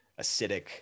acidic